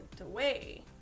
away